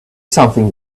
something